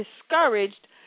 discouraged